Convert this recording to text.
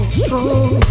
strong